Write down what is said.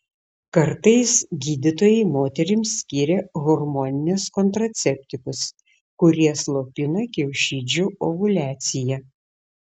kartais gydytojai moterims skiria hormoninius kontraceptikus kurie slopina kiaušidžių ovuliaciją